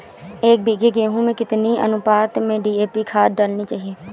एक बीघे गेहूँ में कितनी अनुपात में डी.ए.पी खाद डालनी चाहिए?